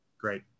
great